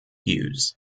use